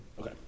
Okay